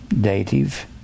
Dative